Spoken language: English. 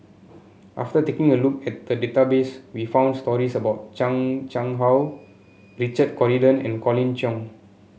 after taking a look at database we found stories about Chan Chang How Richard Corridon and Colin Cheong